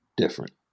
different